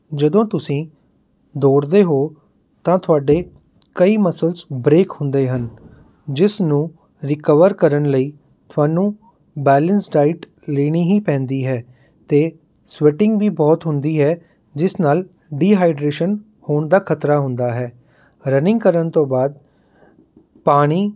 ਜਦੋਂ ਤੁਸੀਂ ਦੌੜਦੇ ਹੋ ਤਾਂ ਤੁਹਾਡੇ ਕਈ ਮਸਲਸ ਬ੍ਰੇਕ ਹੁੰਦੇ ਹਨ ਜਿਸ ਨੂੰ ਰਿਕਵਰ ਕਰਨ ਲਈ ਤੁਹਾਨੂੰ ਬੈਲੇਂਸ ਡਾਈਟ ਲੈਣੀ ਹੀ ਪੈਂਦੀ ਹੈ ਅਤੇ ਸਵੈਟਿੰਗ ਵੀ ਬਹੁਤ ਹੁੰਦੀ ਹੈ ਜਿਸ ਨਾਲ ਡੀਹਾਈਡ੍ਰੇਸ਼ਨ ਹੋਣ ਦਾ ਖਤਰਾ ਹੁੰਦਾ ਹੈ ਰਨਿੰਗ ਕਰਨ ਤੋਂ ਬਾਅਦ ਪਾਣੀ